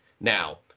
Now